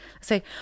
say